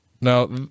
now